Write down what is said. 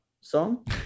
song